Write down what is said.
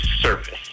surface